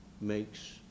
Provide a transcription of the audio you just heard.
makes